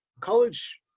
college